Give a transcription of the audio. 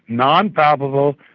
non-palpable,